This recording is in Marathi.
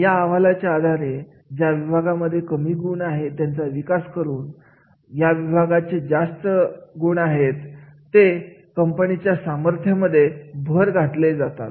या अहवालाच्या आधारे ज्या विभागामध्ये कमी गुण आहेत त्यांचा विकास करून आणि या विभागाचे जास्त कोण आहेत ते कंपनीच्या सामर्थ्य मध्ये भर घालत असतात